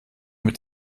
mit